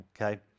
Okay